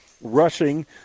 rushing